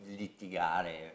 litigare